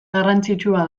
garrantzitsua